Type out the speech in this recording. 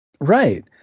Right